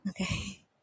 Okay